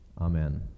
Amen